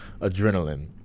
adrenaline